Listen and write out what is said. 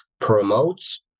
promotes